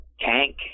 tank